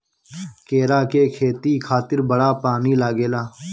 केरा के खेती खातिर बड़ा पानी लागेला